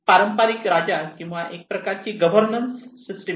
पारंपारिक राजा किंवा एक प्रकारची गव्हर्नन्स सिस्टम आहे